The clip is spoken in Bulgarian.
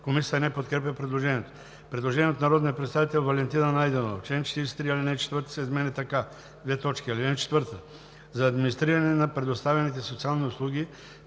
Комисията не подкрепя предложението. Предложение от народния представител Валентина Найденова: „В чл. 43 ал. 4 се изменя така: „(4) За администриране на предоставените социални услуги